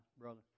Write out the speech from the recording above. brother